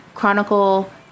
Chronicle